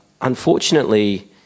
Unfortunately